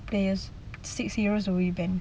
players six heroes away ban